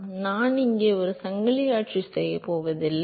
எனவே நான் இங்கே சங்கிலி ஆட்சி செய்யப் போவதில்லை